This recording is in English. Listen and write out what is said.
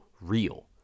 real